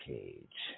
Cage